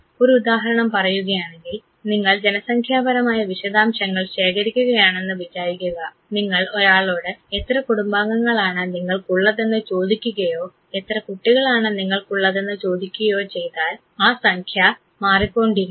ഒരു ഉദാഹരണം പറയുകയാണെങ്കിൽ നിങ്ങൾ ജനസംഖ്യാപരമായ വിശദാംശങ്ങൾ ശേഖരിക്കുകയാണെന്ന് വിചാരിക്കുക നിങ്ങൾ ഒരാളോട് എത്ര കുടുംബാംഗങ്ങളാണ് നിങ്ങൾക്കുള്ളതെന്ന് ചോദിക്കുകയോ എത്ര കുട്ടികളാണ് നിങ്ങൾക്കുള്ളതെന്ന് ചോദിക്കുകയോ ചെയ്താൽ ആ സംഖ്യ മാറിക്കൊണ്ടിരിക്കും